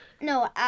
no